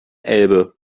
elbe